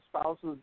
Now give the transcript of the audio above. spouses